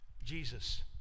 Jesus